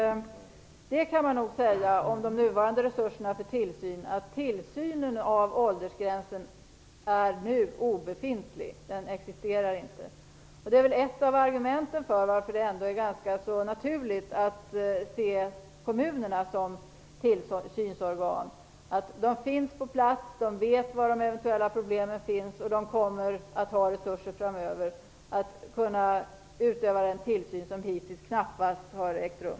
Det kan man lugnt säga om de nuvarande resurserna för tillsyn att kontrollen av åldersgränsen i dag är obefintlig. Den existerar inte. Detta är ett av argumenten till att det är ganska så naturligt att det är kommunerna som skall vara tillsynsorgan. De vet var de eventuella problemen finns, och de kommer att ha resurser framöver att kunna utöva den tillsyn som hittills knappast har ägt rum.